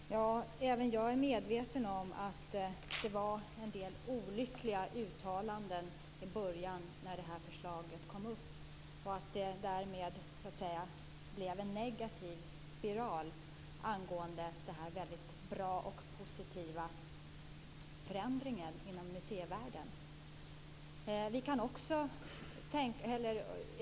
Herr talman! Även jag är medveten om att det var en del olyckliga uttalanden i början när det här förslaget kom upp. Det blev därmed en negativ spiral angående en bra och positiv förändring inom museivärlden.